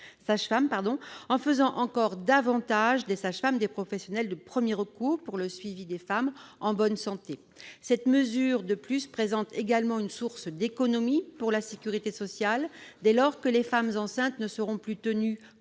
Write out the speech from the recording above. en faisant d'elles encore davantage des professionnelles de premier recours pour le suivi des femmes en bonne santé. Cette mesure constituera de plus une source d'économies pour la sécurité sociale, dès lors que les femmes enceintes ne seront plus tenues,